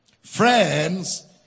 friends